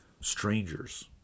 strangers